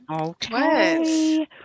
Okay